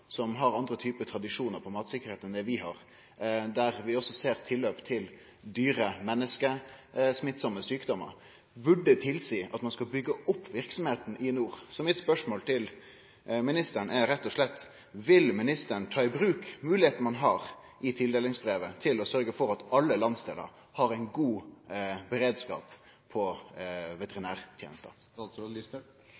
som har andre typar tradisjonar når det gjeld matsikkerheit, enn det vi har, og der vi også ser tilløp til dyr–menneske-smittsame sjukdommar, burde tilseie at ein skal byggje opp verksemda i nord. Mitt spørsmål til landbruks- og matministeren er rett og slett: Vil ministeren ta i bruk moglegheita ein har i tildelingsbrevet til å sørgje for at alle landsdelar har ein god beredskap når det gjeld veterinærtenester? Når denne saken kommer på